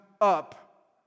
up